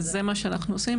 זה מה שאנחנו עושים.